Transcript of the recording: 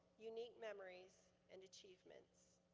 unique memories and achievements.